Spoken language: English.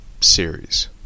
series